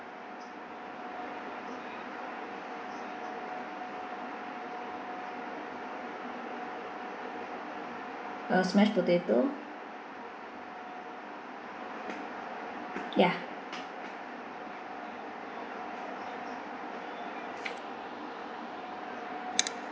uh mash potato ya